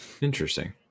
Interesting